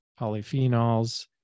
polyphenols